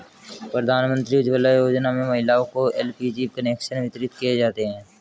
प्रधानमंत्री उज्ज्वला योजना में महिलाओं को एल.पी.जी कनेक्शन वितरित किये जाते है